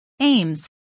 AIMS